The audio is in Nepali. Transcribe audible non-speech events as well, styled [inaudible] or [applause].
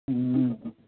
[unintelligible]